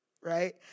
right